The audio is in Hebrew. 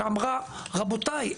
שאמרה רבותיי,